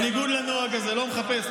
בניגוד לנוהג הזה, לא מחפש.